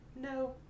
no